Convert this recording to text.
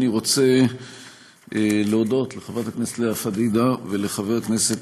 אני רוצה להודות לחברת הכנסת לאה פדידה ולחבר הכנסת